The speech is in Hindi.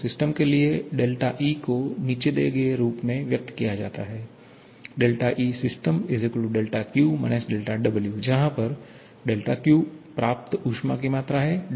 तो सिस्टम के लिए E को निचे दिए गए रूप में व्यक्त किया जाता है 𝛥𝐸𝑠𝑦𝑠 𝛿𝑄 − 𝛿𝑊 जहा पर 𝛿𝑄 प्राप्त ऊष्मा की मात्रा है